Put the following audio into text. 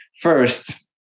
first